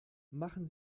machen